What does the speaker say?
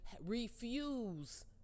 refuse